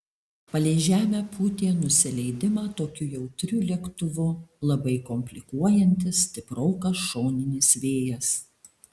palei žemę pūtė nusileidimą tokiu jautriu lėktuvu labai komplikuojantis stiprokas šoninis vėjas